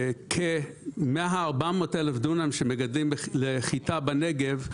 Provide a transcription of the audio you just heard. מה- 400 אלף דונם שמגדלים לחיטה בנגב,